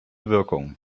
wirkung